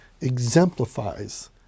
exemplifies